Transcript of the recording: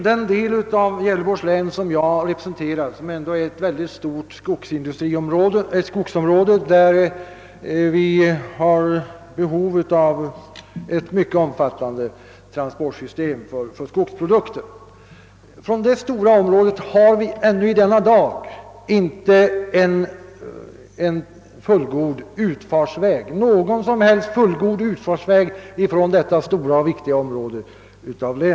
Den del av Gävleborgs län som jag kommer ifrån inrymmer ett stort skogsområde, och där finns behov av ett mycket omfattande transportsystem för skogsprodukter. Emellertid finns det ännu i denna dag inte någon som helst fullgod' utfartsväg från detta stora och viktiga område.